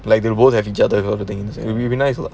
like they both have each other other things you be nice lah